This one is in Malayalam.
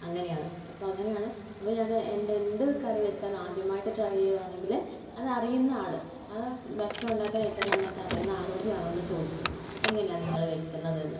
അങ്ങനെയാണ് അപ്പോൾ അങ്ങനെയാണ് അപ്പോൾ ഞാൻ എൻ്റെ എന്ത് കറിവെച്ചാൽ ആദ്യമായി ട്രൈ ചെയ്യുകയാണെങ്കിൽ അത് അറിയുന്ന ആൾ ആ ഭക്ഷണമുണ്ടാക്കാൻ ഏറ്റവും നന്നായിട്ട് അറിയുന്ന ആളോട് ഞാനൊന്ന് ചോദിക്കും എങ്ങനെയാണ് നിങ്ങൾ വെക്കുന്നതെന്ന്